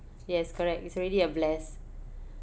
yes correct it's already a bless